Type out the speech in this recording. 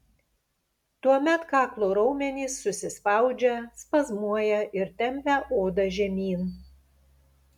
tuomet kaklo raumenys susispaudžia spazmuoja ir tempia odą žemyn